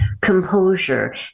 composure